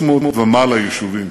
300 ומעלה יישובים,